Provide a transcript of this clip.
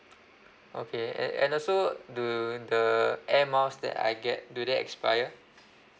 okay a~ and also do the air miles that I get do they expire